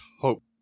hope